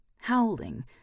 howling